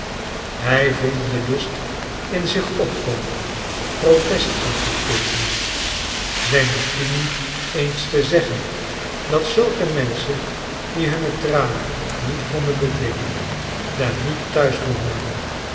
hij voelde den lust in zich opkomen protest aan te teekencn zijn opinie eens te zeggen dat zulke menschen die hunne tranen niet konden bedwingen daar niet thuis behoorden